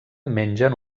mengen